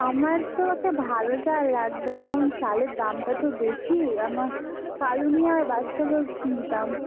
আমার তো একটা ভালো চাল লাগবে এখন চালের দামটা তো বেশি আমার কালুনি আর বাদশাভোগ নিতাম